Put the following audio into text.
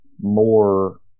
more